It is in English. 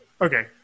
Okay